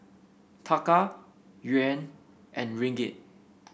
Taka Yuan and Ringgit